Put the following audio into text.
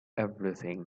everything